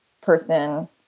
person